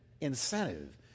Incentive